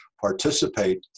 participate